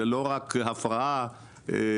זו לא רק הפרעה פיזית